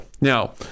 Now